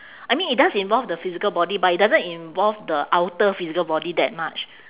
I mean it does involve the physical body but it doesn't involve the outer physical body that much